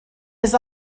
was